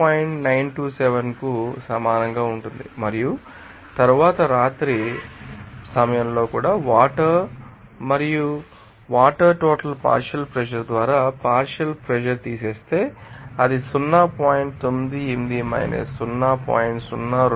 927 కు సమానంగా ఉంటుంది మరియు తరువాత రాత్రి సమయంలో కూడా వాటర్ టోటల్ పార్షియల్ ప్రెషర్ ద్వారా ఈ టోటల్ ప్రెషర్ నుండి లెక్కించవచ్చు వాటర్ పార్షియల్ ప్రెషర్ తీసివేస్తే అది 0